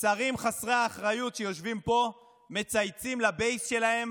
שרים חסרי אחריות שיושבים פה מצייצים לבייס שלהם